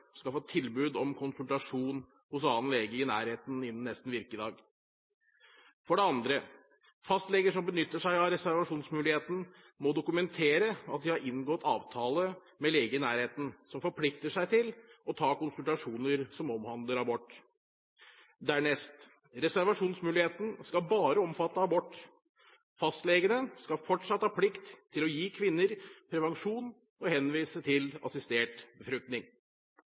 skal få tilbud om konsultasjon hos annen lege i nærheten innen neste virkedag. For det andre: Fastleger som benytter seg av reservasjonsmuligheten, må dokumentere at de har inngått avtale med lege i nærheten som forplikter seg til å ta konsultasjoner som omhandler abort. Dernest: Reservasjonsmuligheten skal bare omfatte abort. Fastlegene skal fortsatt ha plikt til å gi kvinner prevensjon og henvise til assistert befruktning.